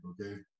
okay